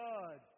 God